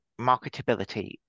marketability